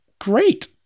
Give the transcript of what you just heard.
Great